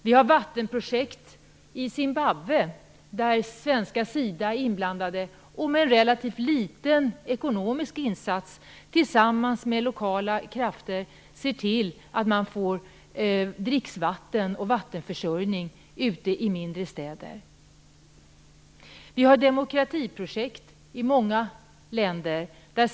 Vi har vattenprojekt i Zimbabwe som svenska SIDA är inblandade i, där man med relativt liten ekonomisk insats tillsammans med lokala krafter ser till att få vattenförsörjning och dricksvatten i mindre städer. Vi har demokratiprojekt i många länder.